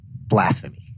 blasphemy